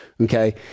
okay